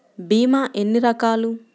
భీమ ఎన్ని రకాలు?